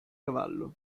cavallo